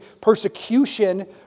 persecution